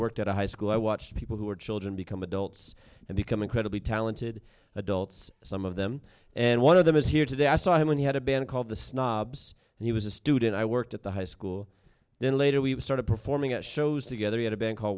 worked at a high school i watched people who were children become adults and become incredibly talented adults some of them and one of them is here today i saw him when he had a band called the snobs and he was a student i worked at the high school then later we started performing at shows together at a band called